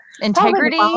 integrity